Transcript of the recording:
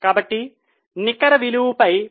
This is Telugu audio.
కాబట్టి నికర విలువపై PAT